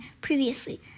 previously